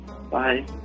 bye